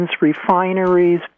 refineries